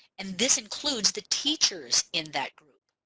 and this includes the teachers in that group.